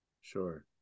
Sure